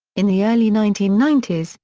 in the early nineteen ninety s,